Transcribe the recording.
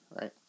right